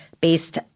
based